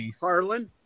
Harlan